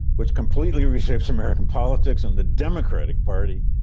which completely reshaped american politics and the democratic party.